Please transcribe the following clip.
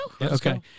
Okay